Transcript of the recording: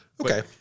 Okay